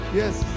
yes